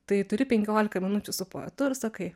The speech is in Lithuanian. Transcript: tai turi penkiolika minučių su poetu ir sakai